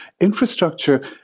Infrastructure